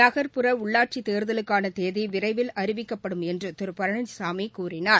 நகர்ப்புற உள்ளாட்சி தேர்தலுக்கான தேதி விரைவில் அறிவிக்கப்படும் என்றும் திரு பழனிசாமி கூறினார்